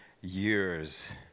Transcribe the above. years